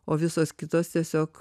o visos kitos tiesiog